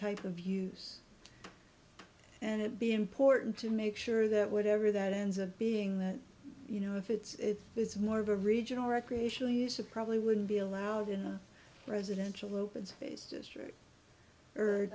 type of use and it be important to make sure that whatever that ends up being that you know if it's it's more of a regional recreational use of probably wouldn't be allowed in a residential open space district